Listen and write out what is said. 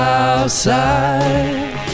outside